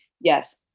yes